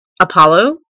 Apollo